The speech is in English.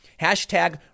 hashtag